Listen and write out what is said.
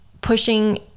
pushing